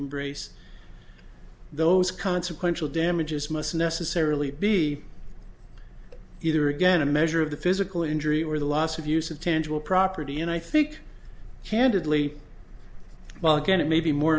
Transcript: embrace those consequential damages must necessarily be either again a measure of the physical injury or the loss of use of tangible property and i think candidly well